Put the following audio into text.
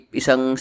isang